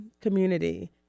community